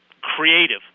creative